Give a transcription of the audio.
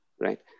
right